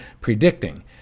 predicting